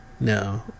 No